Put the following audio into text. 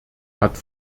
hat